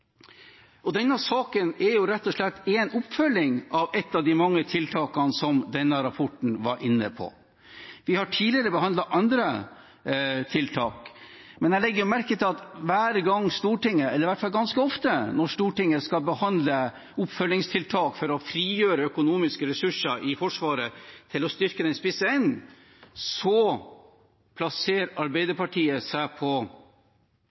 Denne saken er rett og slett en oppfølging av et av de mange tiltakene som denne rapporten var inne på. Vi har tidligere behandlet andre tiltak, men jeg legger merke til at hver gang, eller i hvert fall ganske ofte når, Stortinget skal behandle oppfølgingstiltak for å frigjøre økonomiske ressurser i Forsvaret til å styrke den spisse enden, plasserer Arbeiderpartiet seg på